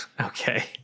Okay